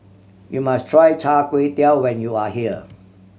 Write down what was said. you must try Char Kway Teow when you are here